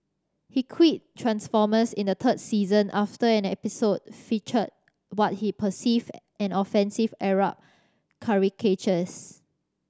he quit Transformers in the third season after an episode featured what he perceived as offensive Arab caricatures